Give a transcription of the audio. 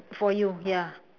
for you ya